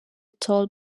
tall